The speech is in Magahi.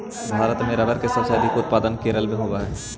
भारत में रबर के सबसे अधिक उत्पादन केरल में होवऽ हइ